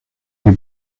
que